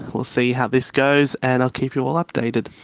we'll see how this goes and i'll keep you all updated.